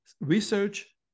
research